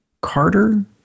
carter